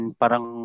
parang